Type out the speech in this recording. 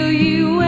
you,